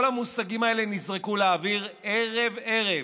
כל המושגים האלה נזרקו לאוויר ערב-ערב